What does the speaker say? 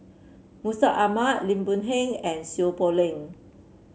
Mustaq Ahmad Lim Boon Heng and Seow Poh Leng